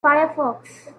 firefox